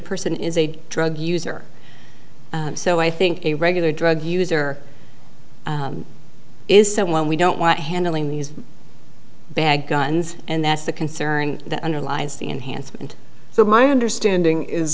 person is a drug user so i think a regular drug user is someone we don't want handling these bag guns and that's the concern that underlies the enhancement so my understanding is